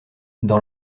dans